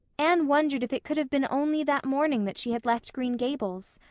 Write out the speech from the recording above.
anne wondered if it could have been only that morning that she had left green gables.